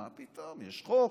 מה פתאום, יש חוק.